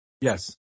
Yes